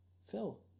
Phil